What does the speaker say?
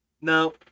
Now